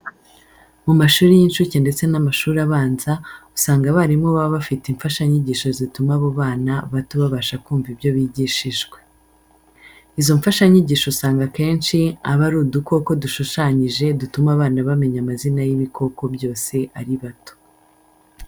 Mu mashuri y'inshuke ndetse n'amashuri abanza, usanga abarimu baba bafite imfashanyigisho zituma abo bana bato babasha kumva ibyo bigishijwe. Izo mfashanyigisho usanga akenshi aba ari udukoko dushushanyije dutuma abana bamenya amazina y'ibikoko byose ari bato.